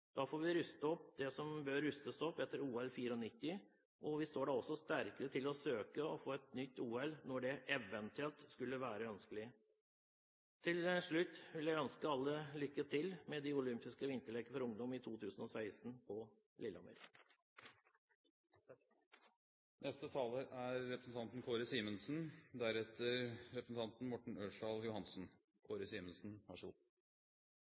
Da får vi rustet opp det som bør rustes opp etter OL i 1994, og vi står da sterkere til å søke om å få et nytt OL når det eventuelt skulle være ønskelig. Til slutt vil jeg ønske alle lykke til med de olympiske vinterleker for ungdom i 2016 på